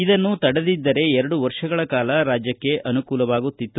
ಇದನ್ನು ತಡೆದಿದ್ದರೆ ಎರಡು ವರ್ಷಗಳ ಕಾಲ ರಾಜ್ಯಕ್ಕೆ ಅನುಕೂಲವಾಗುತ್ತಿತ್ತು